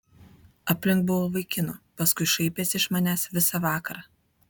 aplink buvo vaikinų paskui šaipėsi iš manęs visą vakarą